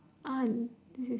ah this is